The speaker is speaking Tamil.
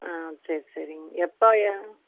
ஆ சரி சரிங்க எப்போ